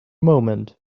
moment